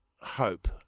hope